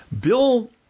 Bill